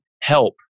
help